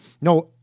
No